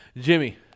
Jimmy